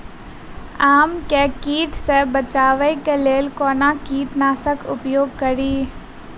आम केँ कीट सऽ बचेबाक लेल कोना कीट नाशक उपयोग करि?